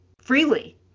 freely